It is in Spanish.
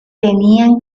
tenían